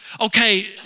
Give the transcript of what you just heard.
Okay